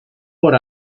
por